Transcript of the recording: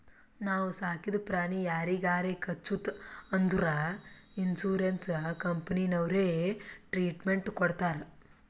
ನಾವು ಸಾಕಿದ ಪ್ರಾಣಿ ಯಾರಿಗಾರೆ ಕಚ್ಚುತ್ ಅಂದುರ್ ಇನ್ಸೂರೆನ್ಸ್ ಕಂಪನಿನವ್ರೆ ಟ್ರೀಟ್ಮೆಂಟ್ ಕೊಡ್ತಾರ್